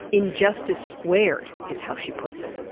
injustice squared, is how she puts it.